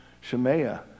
Shemaiah